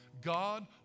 God